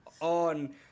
on